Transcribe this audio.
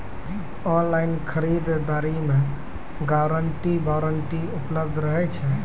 Online खरीद दरी मे गारंटी वारंटी उपलब्ध रहे छै?